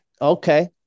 okay